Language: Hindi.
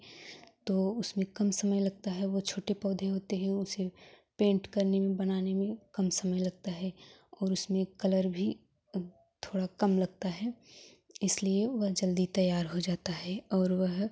तो उसमें कम समय लगता है वह छोटे पौधे होते हैं उसे पेंट करने में बनाने में कम समय लगता है और उसमें कलर भी थोड़ा कम लगता है इसलिए वह जल्दी तैयार हो जाता है और वह